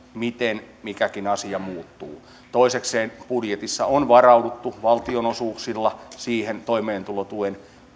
miten mikäkin asia muuttuu toisekseen budjetissa on varauduttu valtionosuuksilla siihen toimeentulotuen